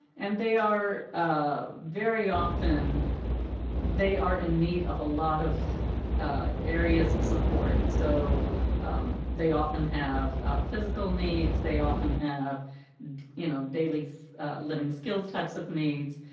and they are very often they are in need of a lot of areas of support. so they often have physical needs, they often have you know daily so living skills types of needs,